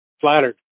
Flattered